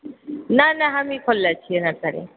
नहि नहि हमही खोलने छिऐ नर्सरी